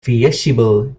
feasible